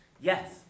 Yes